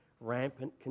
rampant